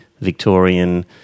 Victorian